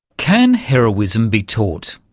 can heroism be taught?